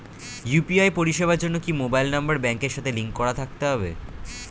UPI পরিষেবার জন্য কি মোবাইল নাম্বার ব্যাংকের সাথে লিংক করা থাকতে হবে?